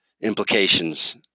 implications